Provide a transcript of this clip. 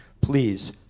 please